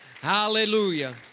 Hallelujah